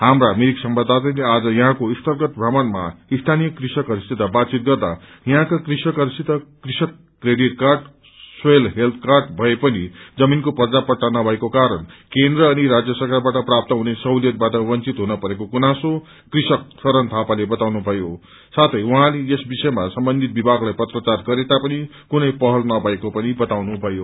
हाम्रा मिरिक संवाददाताले आज याहाँको स्थलगत भ्रमणामा स्थानीय कृषकहरूसित बातचित गर्दा यहाँका कृषकहरूसित कृषक credit card soil health card भए पिन जमीनको पार्जापट्टा नभएको कारण केन्द्र अनि राज्य सरकारबाट प्राप्त हुने सहुलियतबाट वंचित हुन परेको गुनासोकृषक शरा थापाले बतानुभयो साथै उहाँले यस विषयमा सम्बन्धित विभागलाई पत्राचार गरे तापनि कुनै पहल नभएको पनि बताउनुभयो